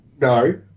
No